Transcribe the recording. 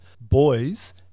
boys